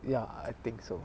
ya I think so